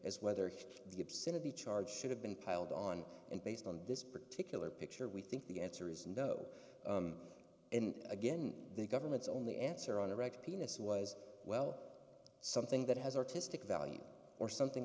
is whether the obscenity charge should have been piled on and based on this particular picture we think the answer is no and again the government's only answer on a regular penis was well something that has artistic value or something